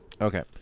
Okay